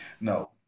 No